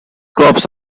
crops